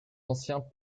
anciens